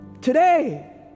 today